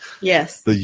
Yes